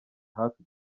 hafi